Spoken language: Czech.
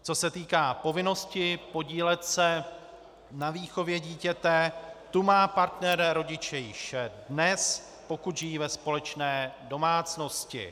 Co se týká povinnosti podílet se na výchově dítěte, tu má partner rodiče již dnes, pokud žijí ve společné domácnosti.